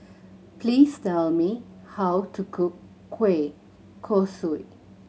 please tell me how to cook kueh kosui